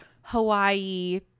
Hawaii